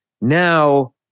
now